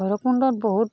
ভৈৰৱকুণ্ডত বহুত